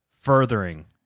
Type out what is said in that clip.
furthering